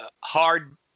hard